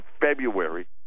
February